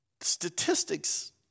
Statistics